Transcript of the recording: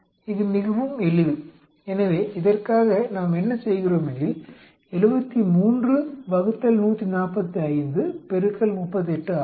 இது மிகவும் எளிது எனவே இதற்காக நாம் என்ன செய்கிறோம் எனில் 73 ÷ 145 38 ஆகும்